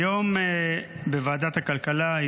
אחותו באה לדבר בוועדה.